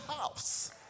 house